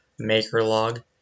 Makerlog